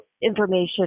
information